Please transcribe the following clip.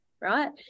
right